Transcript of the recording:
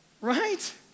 right